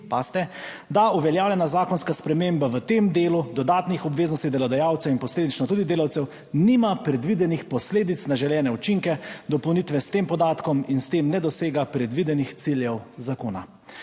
da uveljavljena zakonska sprememba v tem delu dodatnih obveznosti delodajalcev in posledično tudi delavcev nima predvidenih posledic na želene učinke. Dopolnitve s tem podatkom in s tem ne dosega predvidenih ciljev zakona.